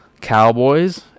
cowboys